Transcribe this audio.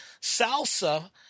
salsa